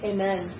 Amen